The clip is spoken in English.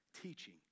teaching